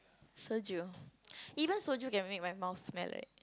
Soju even Soju can make my mouth smell right